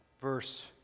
verse